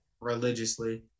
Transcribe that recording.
religiously